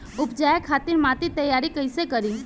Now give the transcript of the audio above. उपजाये खातिर माटी तैयारी कइसे करी?